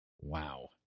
Wow